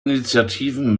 initiativen